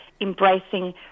embracing